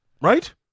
Right